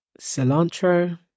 cilantro